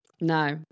No